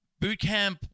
bootcamp